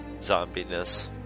zombiness